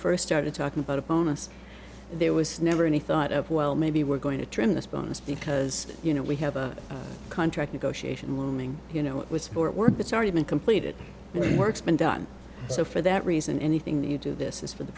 first started talking about a bonus there was never any thought of well maybe we're going to trim this bonus because you know we have a contract negotiation looming you know it was for work that's already been completed and work's been done so for that reason anything that you do this is for the